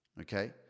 okay